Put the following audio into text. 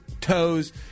toes